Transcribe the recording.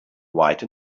white